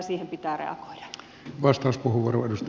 arvoisa puhemies